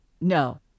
No